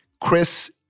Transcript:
Chris